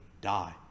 die